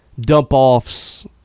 dump-offs